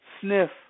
sniff